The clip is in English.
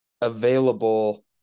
available